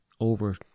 over